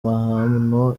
mahano